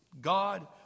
God